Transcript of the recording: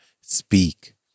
speak